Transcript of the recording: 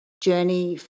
journey